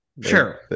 sure